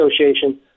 Association